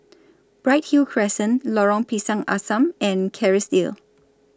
Bright Hill Crescent Lorong Pisang Asam and Kerrisdale